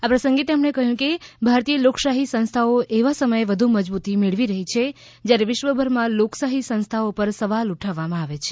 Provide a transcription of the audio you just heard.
આ પ્રસંગે તેમણે કહ્યું કે ભારતીય લોકશાહી સંસ્થાઓ એવા સમયે વધુ મજબૂતી મેળવી રહી છે જ્યારે વિશ્વભરમાં લોકશાહી સંસ્થાઓ પર સવાલ ઉઠાવવામાં આવે છે